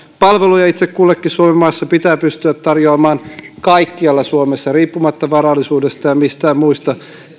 palveluja itse kullekin suomenmaassa pitää pystyä tarjoamaan kaikkialla suomessa riippumatta varallisuudesta ja muista